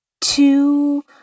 two